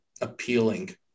appealing